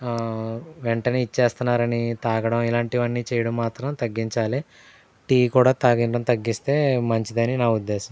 వెంటనే ఇచ్చేస్తున్నారని తాగడం ఇలాంటివన్నీ చేయడం మాత్రం తగ్గించాలి టీ కూడా తాగేయడం తగ్గిస్తే మంచిదని నా ఉద్దేశం